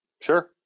Sure